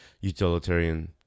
utilitarian